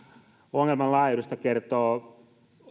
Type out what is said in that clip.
ongelman laajuudesta kertoo